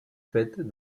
faites